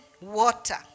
water